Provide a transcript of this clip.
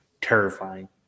terrifying